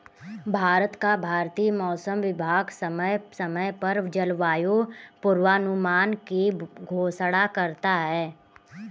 भारत का भारतीय मौसम विभाग समय समय पर जलवायु पूर्वानुमान की घोषणा करता है